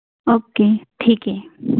okay ठीक है